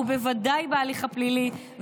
ובוודאי בהליך הפלילי,